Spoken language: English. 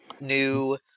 new